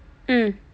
mm